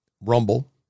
Rumble